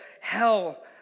hell